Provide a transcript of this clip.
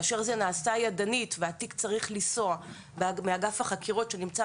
כאשר זה נעשה ידנית והתיק צריך לנסוע מאגף החקירות שנמצא